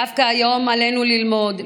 דווקא היום עלינו ללמוד,